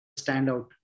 standout